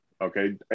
okay